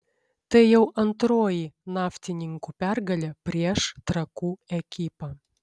tai jau antroji naftininkų pergalė prieš trakų ekipą